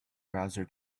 browser